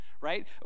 right